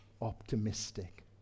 optimistic